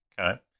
Okay